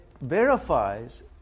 verifies